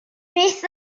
beth